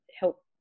help